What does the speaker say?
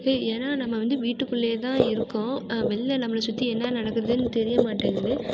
ஏன்னால் நம்ம வந்து வீட்டுக்குள்ளேயேதான் இருக்கோம் வெளியில் நம்மளை சுற்றி என்ன நடக்குதுன்னு தெரிய மாட்டேங்குது